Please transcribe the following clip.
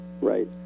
Right